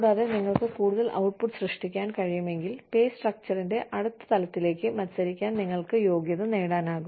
കൂടാതെ നിങ്ങൾക്ക് കൂടുതൽ ഔട്ട്പുട്ട് സൃഷ്ടിക്കാൻ കഴിയുമെങ്കിൽ പേ സ്ട്രക്ച്ചറിന്റെ അടുത്ത തലത്തിലേക്ക് മത്സരിക്കാൻ നിങ്ങൾക്ക് യോഗ്യത നേടാനാകും